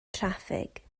traffig